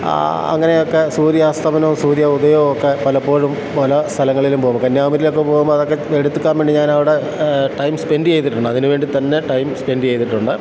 അങ്ങനെ ഒക്കെ സൂര്യാസ്തമനവും സൂര്യ ഉദയം ഒക്കെ പലപ്പോഴും പല സ്ഥലങ്ങളിലും പോകുമ്പോൾ കന്യകുമാരിയിലൊക്കെ പോകുമ്പോൾ അതൊക്കെ എടുത്തിക്കാൻ വേണ്ടി ഞാൻ അവിടെ ടൈം സ്പെൻഡ് ചെയ്തിട്ടുണ്ട് അതിനുവേണ്ടിത്തന്നെ ടൈം സ്പെൻഡ് ചെയ്തിട്ടുണ്ട്